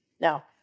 Now